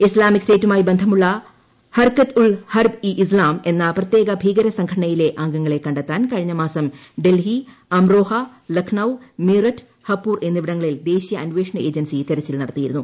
Islamic സ്റ്റേറ്റുമായി ബന്ധമുള്ള ഹർകത് ഉൾ ഹർബ് ഇ ഇസ്താം എന്ന പ്രത്യേക ഭീകര സംഘടനയിലെ അംഗങ്ങളെ കണ്ടെത്താൻ കഴിഞ്ഞമാസം ഡൽഹി അംറോഹ ലക്നൌ മീററ്റ് ഹപൂർ എന്നിവിടങ്ങളിൽ ദേശീയ അന്വേഷണ ഏജ്ജൻസി തെരച്ചിൽ നടത്തിയിരുന്നു